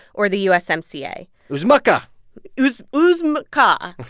or the usmca ooze mukka ooze ooze macaw.